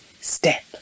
Step